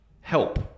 help